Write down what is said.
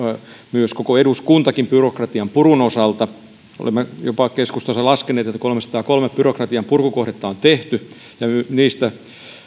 myös koko eduskuntakin byrokratian purun osalta olemme keskustassa laskeneet että jopa kolmensadankolmen byrokratian purkukohdetta on tehty niistä